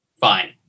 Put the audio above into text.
Fine